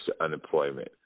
unemployment